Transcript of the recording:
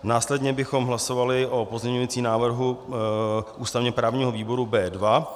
Následně bychom hlasovali o pozměňujícím návrhu ústavněprávního výboru B2.